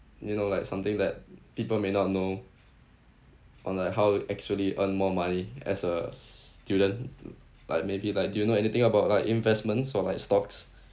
you know like something that people may not know on like how we actually earn more money as a student like maybe like do you know anything about like investments or like stocks